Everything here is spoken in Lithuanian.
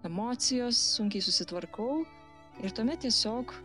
emocijos sunkiai susitvarkau ir tuomet tiesiog